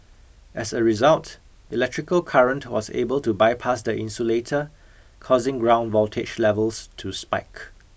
as a result electrical current was able to bypass the insulator causing ground voltage levels to spike